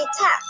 tap